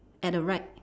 at the right